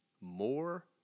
more